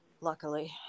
luckily